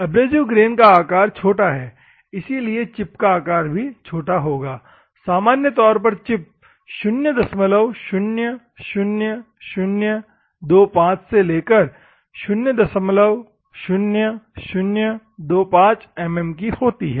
abrasive grain का आकार छोटा है इसीलिए चिप का आकार भी छोटा होगा सामान्य तौर पर चिप 000025 से लेकर 00025 एमएम की होती है